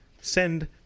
send